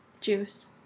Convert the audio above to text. Juice